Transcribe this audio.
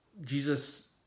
Jesus